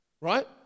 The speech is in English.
right